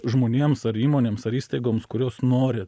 žmonėms ar įmonėms ar įstaigoms kurios nori